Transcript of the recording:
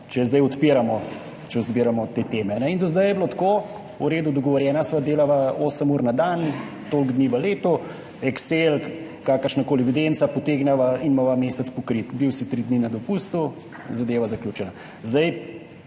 če zbiramo te teme. In do zdaj je bilo tako v redu, dogovorjena sva bila, delaš osem ur na dan, toliko dni v letu, Excel, kakršnakoli evidenca, potegneva in imava mesec pokrit, bil si tri dni na dopustu, zadeva zaključena.